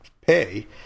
pay